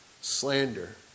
Slander